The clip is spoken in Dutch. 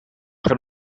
geen